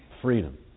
freedom